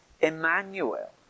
Emmanuel